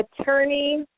attorney